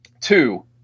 Two